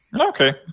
Okay